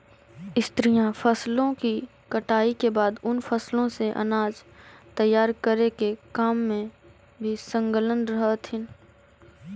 स्त्रियां फसलों की कटाई के बाद उन फसलों से अनाज तैयार करे के काम में भी संलग्न रह हथीन